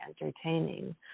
entertaining